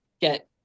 get